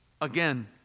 Again